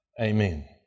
Amen